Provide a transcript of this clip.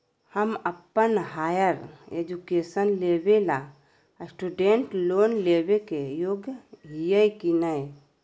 हम अप्पन higher education लेबे ला स्टूडेंट लोन लेबे के योग्य हियै की नय?